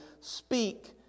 speak